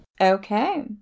Okay